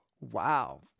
wow